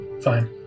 fine